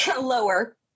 lower